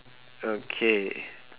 okay